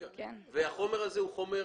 החומר הזה הוא חומר